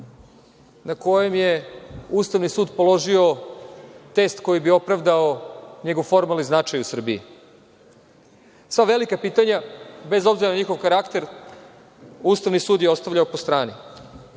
na kojem je Ustavni sud položio test koji bi opravdao njegov formalni značaj u Srbiji. Sva velika pitanja, bez obzira na njihov karakter, Ustavni sud je ostavljao po strani.